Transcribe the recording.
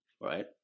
right